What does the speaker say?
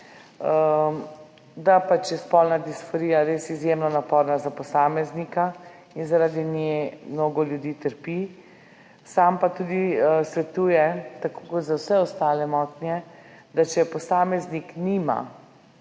da je spolna disforija res izjemno naporna za posameznika in zaradi nje mnogo ljudi trpi. Sam pa tudi svetuje, tako kot za vse ostale motnje, če je posameznik nima,